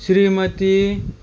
Shrimati